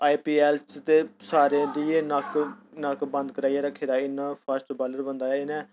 आई P L च ते सारे दी गै नक्क नक्क बंद कराइयै रक्खे दा इ'न्ना फास्ट बॉलर बंदा ऐ इ'न्नै